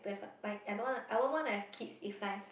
but I I don't wanna I won't wanna have kids if like